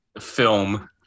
film